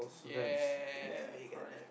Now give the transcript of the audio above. ya you got that